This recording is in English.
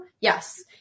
Yes